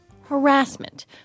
Harassment